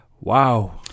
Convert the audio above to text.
Wow